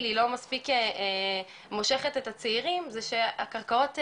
היא לא מספיק מושכת את הצעירים זה שהקרקעות,